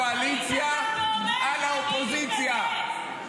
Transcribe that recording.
לכו תראו כמה רופאים חרדים יש.